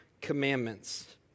commandments